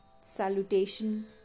Salutation